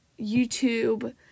YouTube